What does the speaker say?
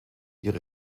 ihre